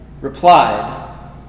replied